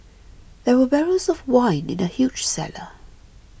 there were barrels of wine in the huge cellar